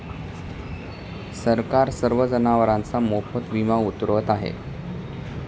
सरकार सर्व जनावरांचा मोफत विमा उतरवत आहे